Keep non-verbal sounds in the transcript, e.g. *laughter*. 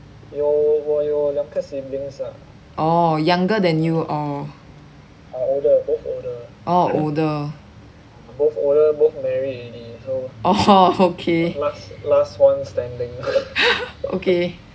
orh younger than you or orh older orh okay *laughs* okay